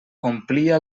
omplia